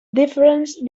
difference